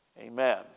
amen